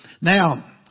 Now